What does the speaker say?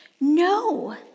No